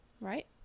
right